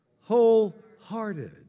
Wholehearted